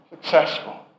successful